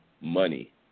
money